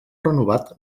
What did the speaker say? renovat